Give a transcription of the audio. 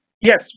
yes